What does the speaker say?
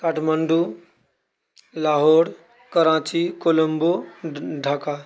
Kathmandu Lahore Karachi Colombo Dhaka